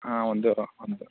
ಹಾಂ ಒಂದು ಒಂದು